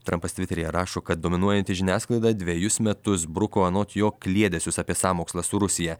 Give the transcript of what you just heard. trampas tviteryje rašo kad dominuojanti žiniasklaida dvejus metus bruko anot jo kliedesius apie sąmokslą su rusija